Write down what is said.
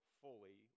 fully –